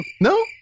No